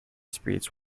speeds